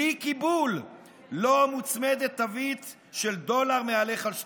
כלי קיבול שמוצמדת לו תווית של דולר מהלך על שתיים.